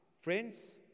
friends